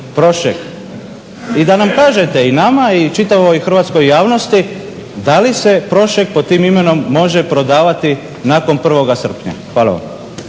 i da nam kažete i nama i čitavoj hrvatskoj javnosti, da li se Prošek pod tim imenom može prodavati nakon 1.sprnja? Hvala vam.